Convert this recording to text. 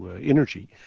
energy